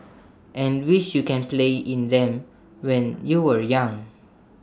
and wish you can play in them when you were young